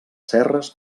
serres